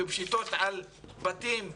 בפשיטות על בתים,